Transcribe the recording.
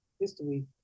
history